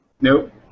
Nope